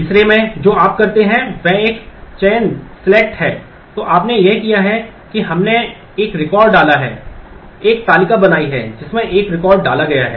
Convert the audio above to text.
तीसरे में जो आप करते हैं वह एक सेलेक्ट कर रहे हैं